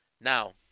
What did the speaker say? Now